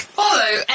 follow